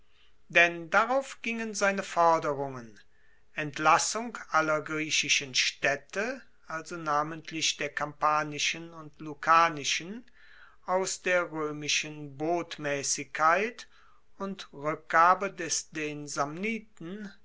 denn darauf gingen seine forderungen entlassung aller griechischen staedte also namentlich der kampanischen und lucanischen aus der roemischen botmaessigkeit und rueckgabe des den samniten